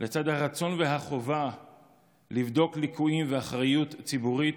לצד הרצון והחובה לבדוק ליקויים ואחריות ציבורית,